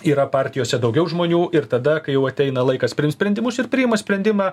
yra partijose daugiau žmonių ir tada kai jau ateina laikas priimt sprendimus ir priima sprendimą